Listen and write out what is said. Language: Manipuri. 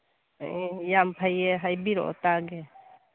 ꯑꯥ ꯌꯥꯝ ꯐꯩꯌꯦ ꯍꯥꯏꯕꯤꯔꯛꯑꯣ ꯇꯥꯒꯦ